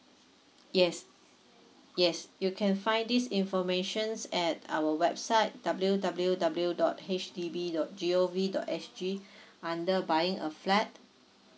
yes yes you can find this information's at our website W W W dot H D B dot G O V dot S G under buying a flat